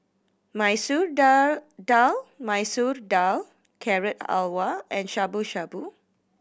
Masoor Dal Dal Masoor Dal Carrot Halwa and Shabu Shabu